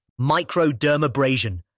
Microdermabrasion